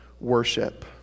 worship